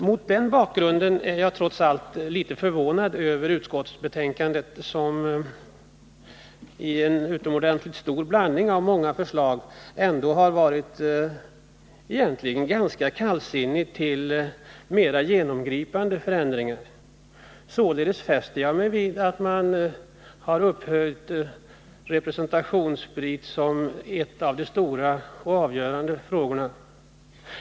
Mot den bakgrunden är jag litet förvånad över utskottet, som i sitt betänkande inför en utomordentligt stor blandning av förslag egentligen varit ganska kallsinnigt till mera genomgripande förändringar. Således fäster jag mig vid att man har upphöjt representationsspriten till en av de stora och avgörande frågorna.